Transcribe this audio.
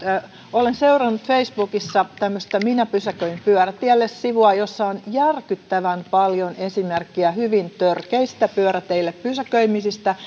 olen seurannut facebookissa tämmöistä minä pysäköin pyörätielle sivua jossa on järkyttävän paljon esimerkkejä hyvin törkeistä pyöräteille pysäköimisistä